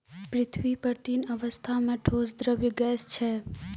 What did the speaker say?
पृथ्वी पर तीन अवस्था म ठोस, द्रव्य, गैस छै